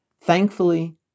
Thankfully